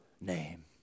name